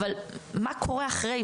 אבל מה קורה אחרי,